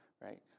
right